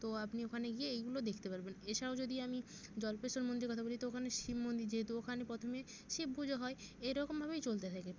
তো আপনি ওখানে গিয়ে এইগুলো দেখতে পারবেন এছাড়াও যদি আমি জল্পেশ্বর মন্দিরের কথা বলি তো ওখানে শিব মন্দির যেহেতু ওখানে প্রথমে শিব পুজো হয় এরকমভাবেই চলতে থাকে